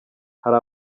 hari